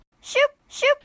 Shoop-shoop